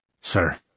sir